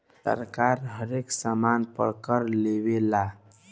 सरकार हरेक सामान पर कर लेवेला